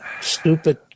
stupid